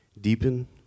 deepen